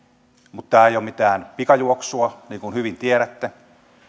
mutta tämä ei ole mitään pikajuoksua niin kuin hyvin tiedätte